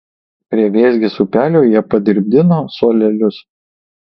prie vėzgės upelio jie padirbdino suolelius